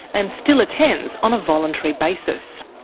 and still attends on a voluntary basis.